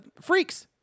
Freaks